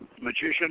magician